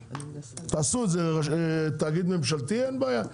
תעשו את זה לתאגיד ממשלתי אין בעיה,